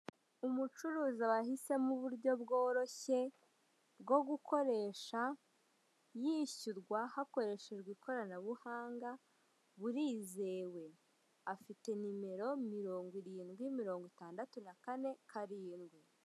Umucuruzi wahisemo uburyo bworoshye bwo gukoresha yishyurwa hakoreshejwe ikoranabuhanga burizewe. Afite nimero mirongo irindwi, miringo itandatu na kane, karindwi.